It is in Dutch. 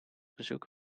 bezoek